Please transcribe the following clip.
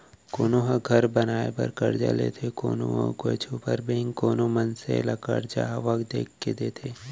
कोनो ह घर बनाए बर करजा लेथे कोनो अउ कुछु बर बेंक कोनो मनसे ल करजा आवक देख के देथे